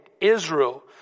Israel